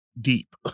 deep